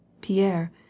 Pierre